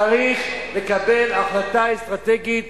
צריך לקבל החלטה אסטרטגית